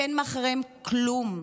שאין מאחוריהן כלום?